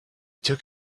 took